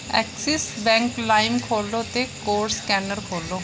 Axis bank लाइम खोह्ल्लो ते कोड स्कैनर खोह्ल्लो